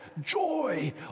joy